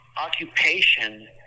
occupation